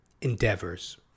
endeavors